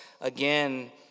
again